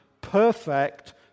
perfect